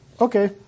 okay